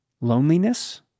loneliness